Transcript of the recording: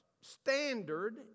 standard